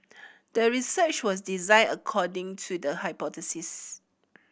the research was designed according to the hypothesis